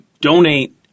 donate